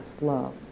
love